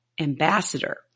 ambassador